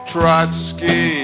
Trotsky